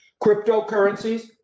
Cryptocurrencies